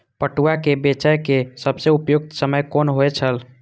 पटुआ केय बेचय केय सबसं उपयुक्त समय कोन होय छल?